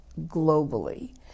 globally